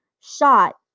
shot